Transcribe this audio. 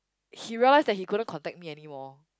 he realise that he couldn't contact me anymore